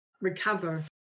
recover